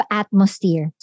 atmosphere